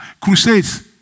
Crusades